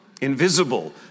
invisible